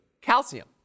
calcium